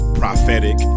prophetic